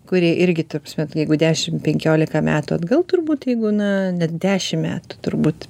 kuri irgi ta prasme jeigu dešim penkiolika metų atgal turbūt jeigu na net dešim metų turbūt